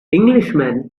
englishman